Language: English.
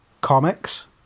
comics